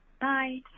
Bye